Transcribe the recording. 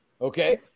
Okay